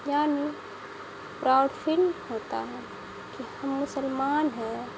یعنی proud feel ہوتا ہے کہ ہم مسلمان ہیں